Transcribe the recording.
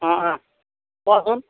অঁ অঁ কোৱাচোন